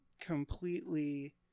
completely